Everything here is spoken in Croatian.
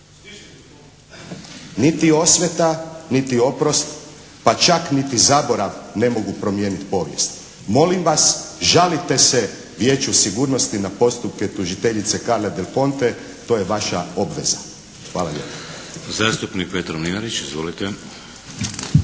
"Niti osveta niti oprost, pa čak niti zaborav ne mogu promijeniti povijest. " Molim vas! Žalite se Vijeću sigurnosti na postupke tužiteljice Carle del Ponte. To je vaša obveza. Hvala lijepa.